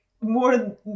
more